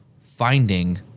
finding